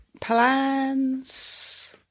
plans